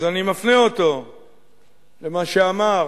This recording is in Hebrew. אז אני מפנה אותו למה שאמר